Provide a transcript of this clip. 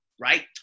right